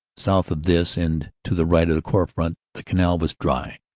south of this and to the right of the corps' front the canal was dry,